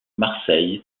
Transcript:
marseille